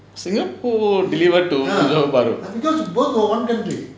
singapore deliver to johor bahru